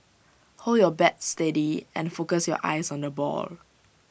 hold your bat steady and focus your eyes on the ball